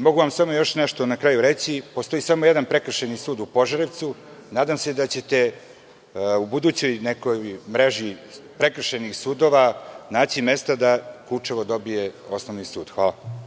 Mogu vam samo još nešto na kraju reći. Postoji samo jedan prekršajni sudu u Požarevcu. Nadam se da ćete u budućoj nekoj mreži prekršajnih sudova naći mesta da Kučevo dobije osnovni sud. Hvala.